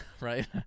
right